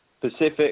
Pacific